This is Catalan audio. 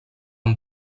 amb